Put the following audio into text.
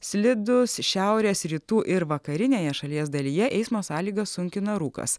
slidūs šiaurės rytų ir vakarinėje šalies dalyje eismo sąlygas sunkina rūkas